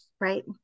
Right